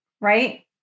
Right